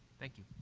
thank you.